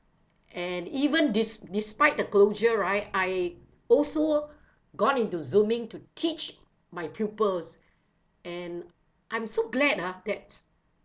and even des~ despite the closure right I also gone into Zooming to teach my pupils and I'm so glad ah that